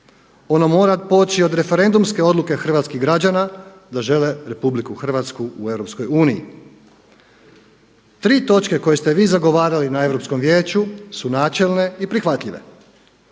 Ono mora poći od referendumske odluke hrvatskih građana da žele RH u EU. Tri točke koje ste vi zagovarali na Europskom vijeću su načelne i prihvatljive.